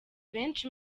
benshi